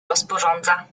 rozporządza